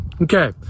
Okay